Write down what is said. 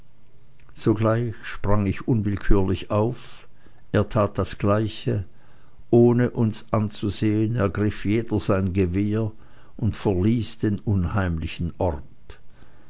sogleich sprang ich unwillkürlich auf er tat das gleiche ohne uns anzusehen ergriff jeder sein gewehr und verließ den unheimlichen ort